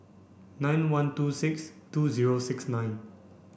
nine one two six two zero six nine